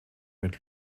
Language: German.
mit